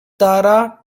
tara